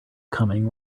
coming